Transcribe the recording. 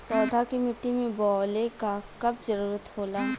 पौधा के मिट्टी में बोवले क कब जरूरत होला